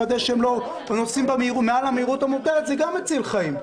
לוודא שהם לא נוסעים מעל המהירות המותרת זה גם מציל חיים,